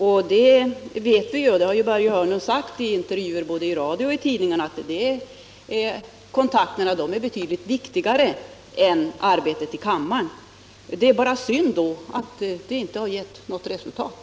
Vi vet ju — det har Börje Hörnlund sagt i intervjuer både i radio och i tidningarna — att de kontakterna är betydligt viktigare än arbetet i kammaren. Det är bara synd att det inte gett något resultat.